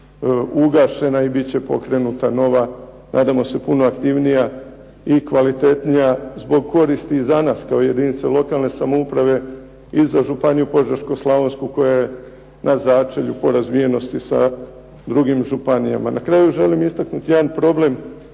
ugašena i biti će pokrenuta nova nadam se puno aktivnija i kvalitetnija zbog koristi za nas kao jedinica lokalne samouprave i za županiju Požeško-slavonsku koja je na začelju po razvijenosti sa drugim županijama. Na kraju želim istaknuti jedan problem